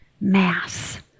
mass